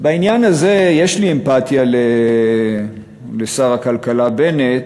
בעניין הזה יש לי אמפתיה לשר הכלכלה בנט,